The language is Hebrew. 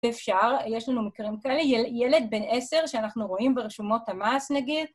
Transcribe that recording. אפשר, יש לנו מקרים כאלה, ילד בן 10 שאנחנו רואים ברשומות המס נגיד..